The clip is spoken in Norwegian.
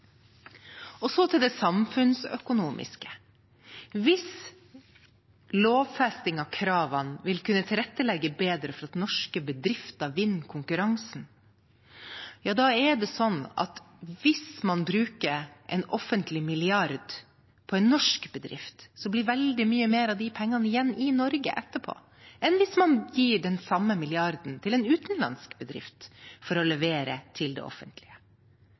Så til det samfunnsøkonomiske. Hvis lovfesting av kravene vil kunne tilrettelegge bedre for at norske bedrifter vinner konkurransen, er det sånn at hvis man bruker en offentlig milliard på en norsk bedrift, blir veldig mye mer av de pengene igjen i Norge etterpå, enn hvis man gir den samme milliarden til en utenlandsk bedrift for å levere til det offentlige.